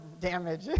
damage